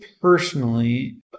personally